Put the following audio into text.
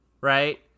right